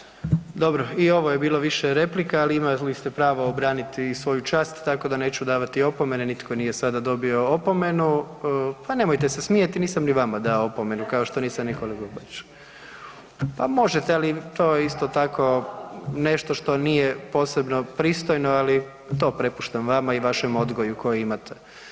Dobro, i ovo je bilo više replika, ali imali ste pravo obraniti svoju čast tako da neću davati opomene nitko nije sada dobio opomenu, pa nemojte se smijati, nisam ni vama dao opomenu, kao što nisam ni kolegi Boriću. ... [[Upadica se ne čuje.]] Pa možete, ali to je isto tako nešto što nije posebno pristojno, ali to prepuštam vama i vašem odgoju koji imate.